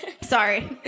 Sorry